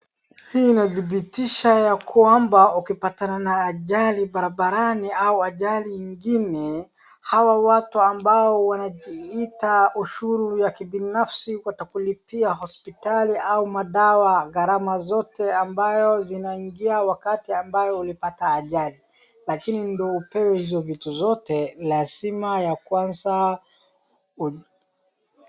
Hii inadhibitisha ya kwamba ukipatana na ajali barabarani au ajali ingine, hawa watu ambao wanajiita ushuru ya kibinafsi watakulipia hospitali au madawa gharama zote ambayo zinaingia wakati ambayo ulipata ajali. Lakini ndio upewe hizo vitu zote lazima ya kwanza.